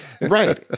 Right